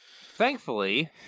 Thankfully